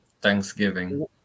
Thanksgiving